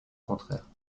contraire